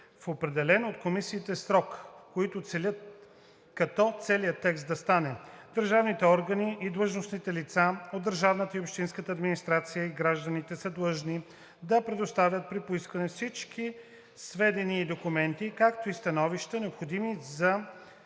„в определен от комисиите срок“, като целият текст да стане: „Държавните органи и длъжностните лица от държавната и общинската администрация и гражданите са длъжни да предоставят при поискване всички сведения и документи, както и становища, необходими за